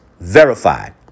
verified